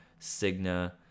Cigna